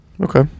Okay